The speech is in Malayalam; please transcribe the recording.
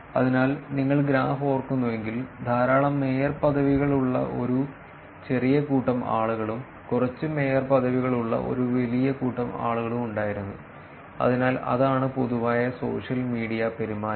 അതിനാൽ നിങ്ങൾ ഗ്രാഫ് ഓർക്കുന്നുവെങ്കിൽ ധാരാളം മേയർ പദവികൾ ഉള്ള ഒരു ചെറിയ കൂട്ടം ആളുകളും കുറച്ച് മേയർ പദവികൾ ഉള്ള ഒരു വലിയ കൂട്ടം ആളുകളും ഉണ്ടായിരുന്നു അതിനാൽ അതാണ് പൊതുവായ സോഷ്യൽ മീഡിയ പെരുമാറ്റവും